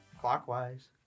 Clockwise